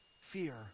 fear